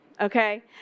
okay